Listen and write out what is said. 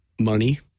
Money